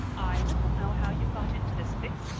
i little know how you got into this fix,